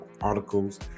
articles